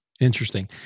Interesting